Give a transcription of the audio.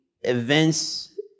events